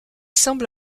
semble